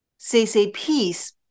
CCP's